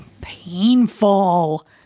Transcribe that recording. painful